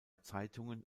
zeitungen